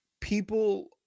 people